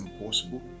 impossible